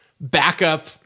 backup